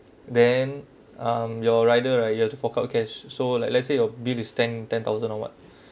then um you're rider right you have to fork out cash so like let's say you bill is ten ten thousand or what